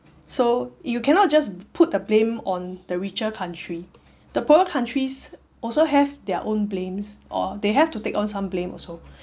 so you cannot just put the blame on the richer country the poorer countries also have their own blames or they have to take on some blame also